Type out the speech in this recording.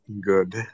Good